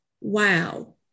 wow